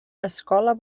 escola